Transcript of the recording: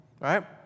Right